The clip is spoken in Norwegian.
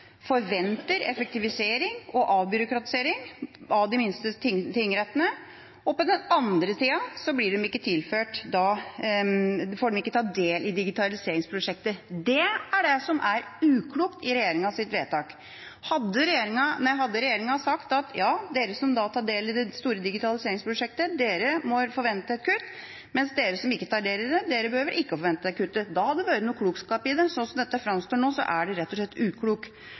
forventer effektivisering og avbyråkratisering av de minste tingrettene, og på den andre sida får de ikke ta del i digitaliseringsprosjektet. Det er det som er uklokt i regjeringas vedtak. Hadde regjeringa sagt at ja, dere som tar del i det store digitaliseringsprosjektet, må forvente et kutt, mens dere som ikke tar del i det, dere behøver ikke å forvente det kuttet – da hadde det vært noe klokskap i det. Slik som dette framstår nå, er det rett og slett uklokt.